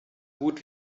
gut